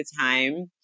time